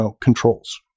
controls